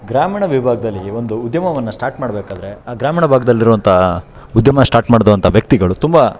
ಗ್ರಾಮೀಣ ವಿಭಾಗದಲ್ಲಿ ಒಂದು ಉದ್ಯಮವನ್ನು ಸ್ಟಾರ್ಟ್ ಮಾಡಬೇಕಾದ್ರೆ ಆ ಗ್ರಾಮೀಣ ಭಾಗದಲ್ಲಿರುವಂಥ ಉದ್ಯಮ ಸ್ಟಾರ್ಟ್ ಮಾಡಿದಂಥ ವ್ಯಕ್ತಿಗಳು ತುಂಬ